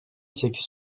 sekiz